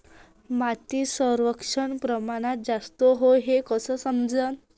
मातीत क्षाराचं प्रमान जास्त हाये हे कस समजन?